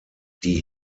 die